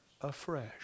afresh